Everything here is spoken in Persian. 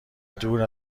دور